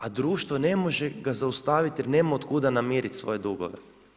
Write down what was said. A društvo ne može ga zaustavit jer nema od kuda namirit svoje dugove.